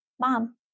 Mom